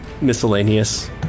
miscellaneous